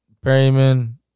Perryman